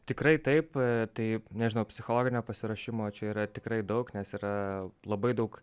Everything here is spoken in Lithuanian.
tikrai taip taip nežinau psichologinio pasiruošimo čia yra tikrai daug nes yra labai daug